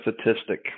statistic